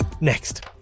Next